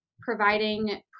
providing